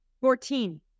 Fourteen